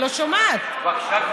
לא שומעת את עצמי.